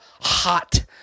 hot